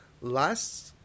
last